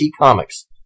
Comics